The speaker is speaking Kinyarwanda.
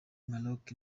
maroc